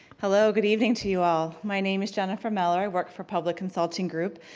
hello, good evening to you all. my name is jennifer meller, i work for public consulting group,